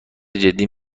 جدی